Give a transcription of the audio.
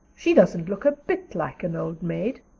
she doesn't look a bit like an old maid.